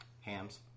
hams